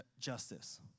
justice